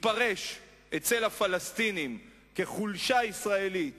התפרש אצל הפלסטינים כחולשה ישראלית